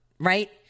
Right